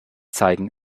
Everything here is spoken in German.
zeigen